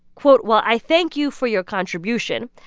quote, while i thank you for your contribution,